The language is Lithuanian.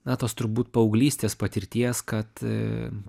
na tos turbūt paauglystės patirties kad